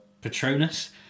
Patronus